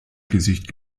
gesicht